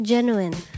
Genuine